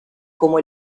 como